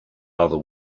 other